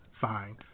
Fine